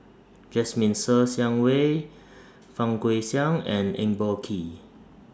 Jasmine Ser Xiang Wei Fang Guixiang and Eng Boh Kee